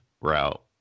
route